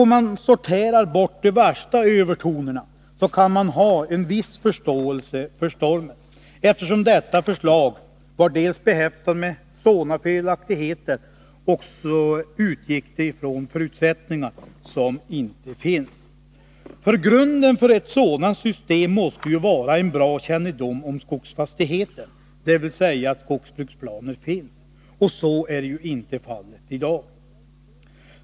Om man sorterar bort de värsta övertonerna, kan man ha en viss förståelse för stormen, eftersom detta förslag dels var behäftat med sådana felaktigheter, dels utgick från förutsättningar som inte finns. Grunden för ett sådant system måste ju vara en god kännedom om skogsfastigheten, dvs. att skogsbruksplaner finns. Så är ju inte fallet i dag.